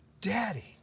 daddy